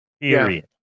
period